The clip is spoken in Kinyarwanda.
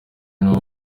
naho